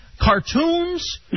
cartoons